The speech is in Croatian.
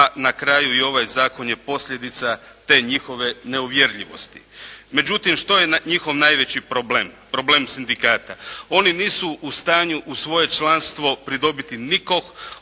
a na kraju i ovaj zakon je posljedica te njihove neuvjerljivosti. Međutim, što je njihov najveći problem, problem sindikata? Oni nisu u stanju u svoje članstvo pridobiti nikog